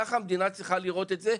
ככה המדינה צריכה לראות את זה.